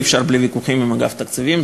אי-אפשר בלי ויכוחים עם אגף התקציבים,